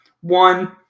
One –